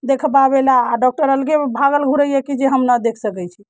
देखबाबै लऽ आ डॉक्टर अलगे भागल घुरैया कि जे हम नहि देखि सकैत छी